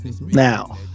now